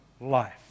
life